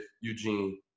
Eugene